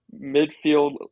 midfield